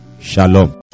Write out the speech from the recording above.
Shalom